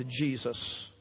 Jesus